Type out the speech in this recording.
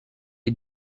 est